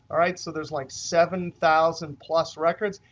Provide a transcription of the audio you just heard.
right, so there's like seven thousand plus records.